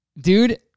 Dude